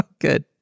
Good